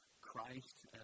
Christ